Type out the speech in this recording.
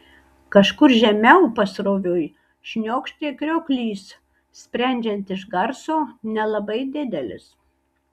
kažkur žemiau pasroviui šniokštė krioklys sprendžiant iš garso nelabai didelis